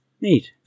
Neat